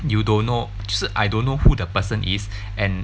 you don't know 就是 I don't know who the person is and